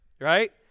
Right